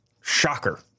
Shocker